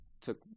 took